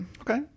Okay